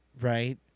Right